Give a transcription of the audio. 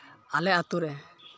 ᱟᱞᱮ ᱟᱹᱛᱩ ᱨᱮ